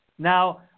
Now